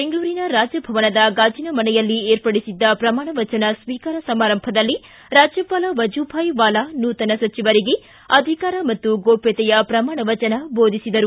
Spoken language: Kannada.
ಬೆಂಗಳೂರಿನ ರಾಜಭವನದ ಗಾಜಿನ ಮನೆಯಲ್ಲಿ ಏರ್ಪಡಿಸಿದ್ದ ಪ್ರಮಾಣ ವಚನ ಸ್ವೀಕಾರ ಸಮಾರಂಭದಲ್ಲಿ ರಾಜ್ಯಪಾಲ ವಜುಭಾಯ್ ವಾಲಾ ನೂತನ ಸಚಿವರಿಗೆ ಅಧಿಕಾರ ಮತ್ತು ಗೋಷ್ಣತೆಯ ಪ್ರಮಾಣ ವಚನ ಬೋಧಿಸಿದರು